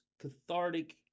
cathartic